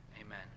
Amen